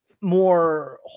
more